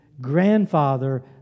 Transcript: grandfather